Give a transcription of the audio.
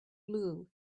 blue